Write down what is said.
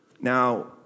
Now